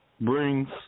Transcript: brings